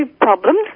problems